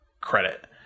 credit